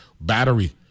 battery